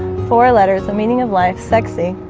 four letters a meaning of life, sexy